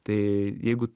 tai jeigu